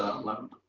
eleventh.